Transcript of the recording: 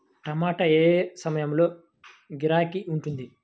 టమాటా ఏ ఏ సమయంలో గిరాకీ ఉంటుంది?